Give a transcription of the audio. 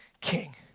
King